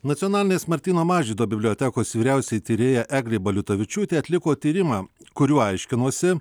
nacionalinės martyno mažvydo bibliotekos vyriausioji tyrėja eglė baliutavičiūtė atliko tyrimą kuriuo aiškinosi